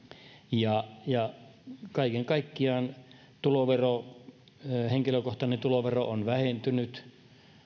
kaiken kaikkiaan henkilökohtainen tulovero on vähentynyt